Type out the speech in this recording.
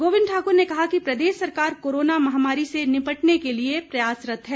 गोविंद ठाकुर ने कहा कि प्रदेश सरकार कोरोना महामारी से निपटने के लिए प्रयासरत है